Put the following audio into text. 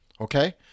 Okay